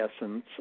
essence